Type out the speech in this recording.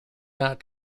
not